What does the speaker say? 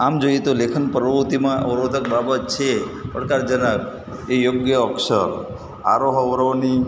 આમ જોઇએ તો લેખન પ્રવૃત્તિમાં અવરોધક બાબત છે પડકારજનક એ યોગ્ય અક્ષર આરોહ અવરોહની